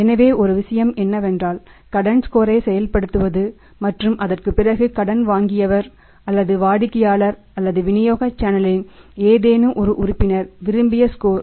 எனவே ஒரு விஷயம் என்னவென்றால் கடன் ஸ்கோரைச் செயல்படுத்துவது மற்றும் அதற்குப் பிறகு கடன் வாங்கியவர் அல்லது வாடிக்கையாளர் அல்லது விநியோக சேனலின் ஏதேனும் ஒரு உறுப்பினர் விரும்பிய ஸ்கோர் 4